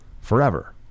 forever